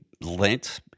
Lent